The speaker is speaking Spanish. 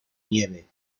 nieve